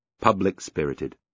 public-spirited